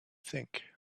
think